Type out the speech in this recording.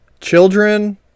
children